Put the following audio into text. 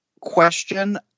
question